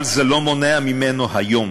אבל זה לא מונע ממנו היום